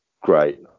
great